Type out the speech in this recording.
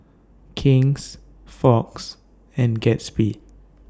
King's Fox and Gatsby